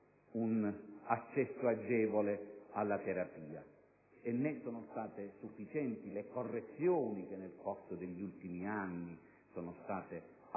un accesso agevole alla terapia. Né sono state sufficienti le correzioni che nel corso degli ultimi anni sono state apportate